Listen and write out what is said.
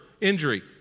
injury